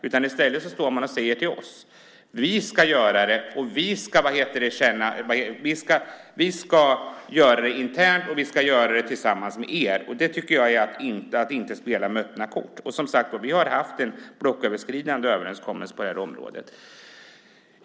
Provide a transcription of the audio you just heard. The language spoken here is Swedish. I stället säger ni till oss att vi ska göra det internt och tillsammans med er. Det tycker jag är att inte spela med öppna kort. Vi har haft en blocköverskridande överenskommelse på det här området. Herr talman!